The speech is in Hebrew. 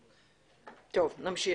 נמשיך.